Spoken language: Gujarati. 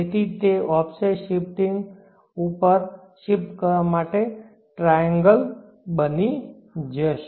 તેથી તે ઓફસેટ થોડી ઉપર શિફ્ટ કરવા માટે ટ્રાએન્ગલ બની જશે